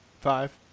Five